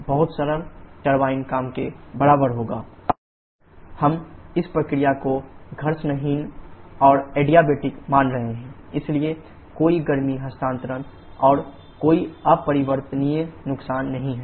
बहुत सरल टरबाइन काम के बराबर होगा WTh2 h3 हम इस प्रक्रिया को घर्षणहीन और एडियाबैटिक मान रहे हैं इसलिए कोई गर्मी हस्तांतरण और कोई अपरिवर्तनीय नुकसान नहीं है